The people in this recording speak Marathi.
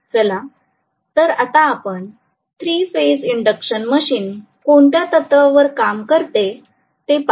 चला तर आता आपण 3 फेज इंडक्शन मशीन कोणत्या तत्वावर काम करते ते पाहू